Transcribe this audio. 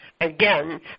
again